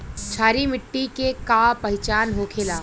क्षारीय मिट्टी के का पहचान होखेला?